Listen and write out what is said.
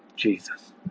Jesus